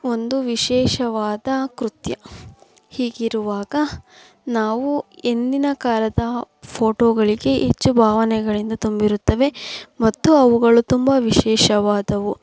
ಒಂದು ವಿಶೇಷವಾದ ಕೃತ್ಯ ಹೀಗಿರುವಾಗ ನಾವು ಹಿಂದಿನ ಕಾಲದ ಫ಼ೋಟೋಗಳಿಗೆ ಹೆಚ್ಚು ಭಾವನೆಗಳಿಂದ ತುಂಬಿರುತ್ತವೆ ಮತ್ತು ಅವುಗಳು ತುಂಬಾ ವಿಶೇಷವಾದವು